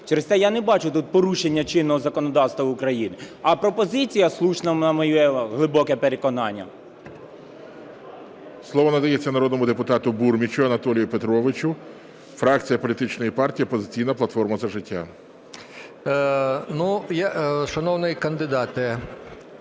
через те я не бачу тут порушення чинного законодавства України. А пропозиція слушна, на моє глибоке переконання. ГОЛОВУЮЧИЙ. Слово надається народному депутату Бурмічу Анатолію Петровичу, фракція політичної партії "Опозиційна платформа – За життя". 12:33:01